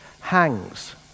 hangs